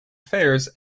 fairs